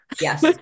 yes